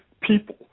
people